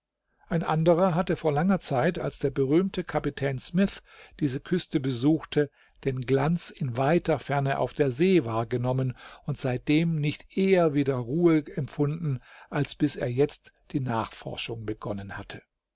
ein anderer hatte vor langer zeit als der berühmte kapitän smith diese küste besuchte den glanz in weiter ferne auf der see wahrgenommen und seitdem nicht eher wieder ruhe empfunden als bis er jetzt die nachforschung begonnen hatte